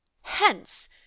Hence